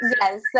Yes